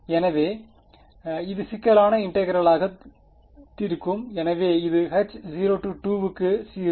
எனவே இது சிக்கலான இன்டெகிரெளாக இருக்கும் எனவே இது H0 க்கு இருந்தது